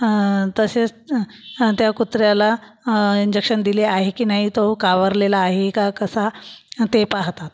तसेच त्या कुत्र्याला इंजेक्शन दिले आहे की नाही तो कावरलेला आहे का कसा ते पाहतात